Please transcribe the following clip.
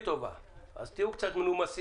תלונה של נוסע אלא לפי בקרה יזומה שלו על מוניות,